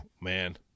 Man